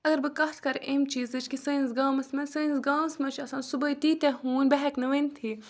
اگر بہٕ کَتھ کَرٕ اَمہِ چیٖزٕچ کہِ سٲنِس گامَس منٛز سٲنِس گامَس منٛز چھِ آسان صُبحٲے تیٖتیٛاہ ہوٗنۍ بہٕ ہٮ۪کہٕ نہٕ ؤنۍتھٕے